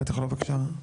כן, בבקשה.